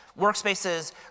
WorkSpaces